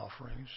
offerings